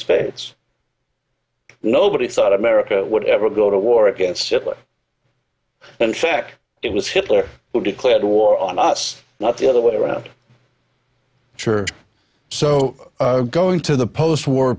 spades nobody thought america would ever go to war against hitler and check it was hitler who declared war on us not the other way around church so going to the post war